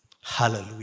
Hallelujah